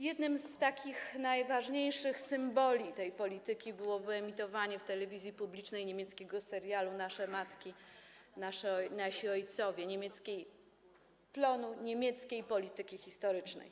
Jednym z takich najważniejszych symboli tej polityki było wyemitowanie w telewizji publicznej niemieckiego serialu „Nasze matki, nasi ojcowie”, plonu niemieckiej polityki historycznej.